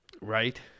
Right